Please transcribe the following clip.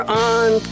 on